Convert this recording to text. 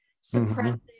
suppressing